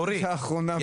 האחרון.